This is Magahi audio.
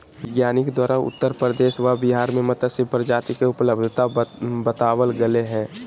वैज्ञानिक द्वारा उत्तर प्रदेश व बिहार में मत्स्य प्रजाति के उपलब्धता बताबल गले हें